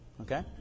Okay